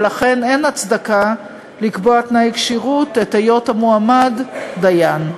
ולכן אין הצדקה לקבוע תנאי כשירות את היות המועמד דיין.